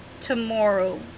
tomorrow